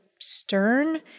Stern